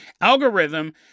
algorithm